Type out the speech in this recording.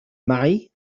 معي